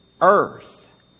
earth